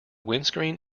windscreen